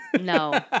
No